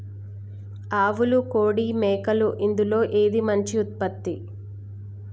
ఆవులు కోడి మేకలు ఇందులో ఏది మంచి ఉత్పత్తి?